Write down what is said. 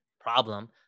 problem